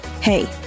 Hey